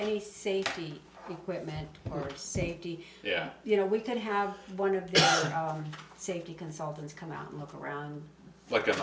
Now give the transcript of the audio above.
any safety equipment or safety yeah you know we could have one of our safety consultants come out look around like a